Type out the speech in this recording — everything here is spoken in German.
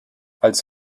als